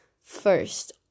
first